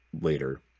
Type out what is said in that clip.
later